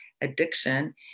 addiction